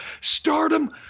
Stardom